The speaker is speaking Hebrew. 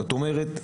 זאת אומרת,